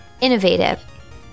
innovative